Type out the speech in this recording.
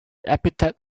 epithet